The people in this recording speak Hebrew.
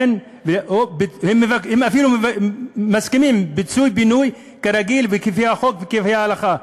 הם אפילו מסכימים לפיצוי-בינוי כרגיל כפי החוק וכפי ההלכה,